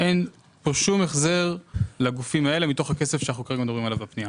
אין פה שום החזר לגופים האלה מתוך הכסף שאנחנו כאן מדברים עליו בפנייה.